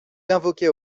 invoquait